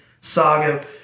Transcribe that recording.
saga